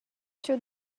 two